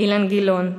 אילן גילאון,